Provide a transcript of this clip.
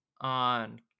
on